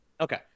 Okay